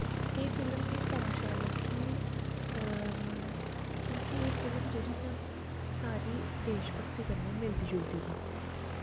एह् फिल्म मिगी तां शैल लग्गी क्योंकि एह् फिल्म जेह्ड़ी ही ना सारी देश भगती कन्नै मिलदी जुलदी ही